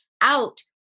out